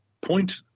point